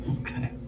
Okay